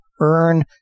earn